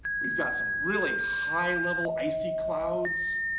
we've got some really high level icy clouds.